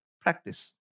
practice